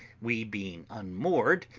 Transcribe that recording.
we being unmoored,